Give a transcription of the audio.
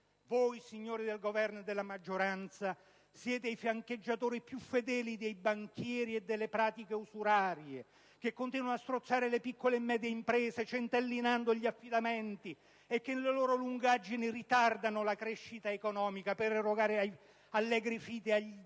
Voi, signori del Governo e della maggioranza, siete i fiancheggiatori più fedeli dei banchieri e delle loro pratiche usurarie, che continuano a strozzare le piccole e medie imprese, centellinando gli affidamenti e che, con le loro lungaggini, ritardano la crescita economica per erogare allegri fidi agli Zalesky,